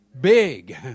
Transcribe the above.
Big